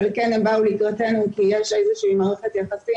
אבל כן הם באו לקראתנו כי יש איזו שהיא מערכת יחסים,